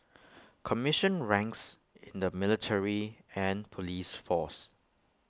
commissioned ranks in the military and Police force